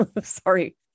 Sorry